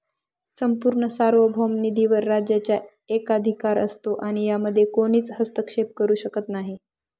संपूर्ण सार्वभौम निधीवर राज्याचा एकाधिकार असतो आणि यामध्ये कोणीच हस्तक्षेप करू शकत नाही